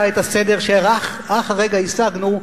פתאום הוא פורע את הסדר שרק הרגע השגנו,